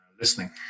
listening